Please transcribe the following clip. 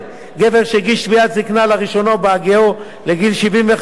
גבר שהגיש תביעת זיקנה לראשונה בהגיעו לגיל 75,